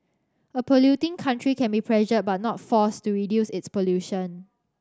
a polluting country can be pressured but not forced to reduce its pollution